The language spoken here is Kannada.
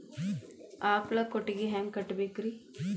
ಆಕಳ ಕೊಟ್ಟಿಗಿ ಹ್ಯಾಂಗ್ ಕಟ್ಟಬೇಕ್ರಿ?